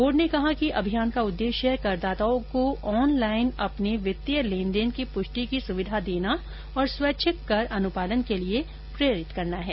board ने कहा कि अभियान का उद्देश्य करदाताओं को ऑनलाइन अपने वित्तीय लेनदेन की प्रष्टि की सुविधा देना और स्वैच्छिक कर अनुपालन के लिए प्रेरित करना है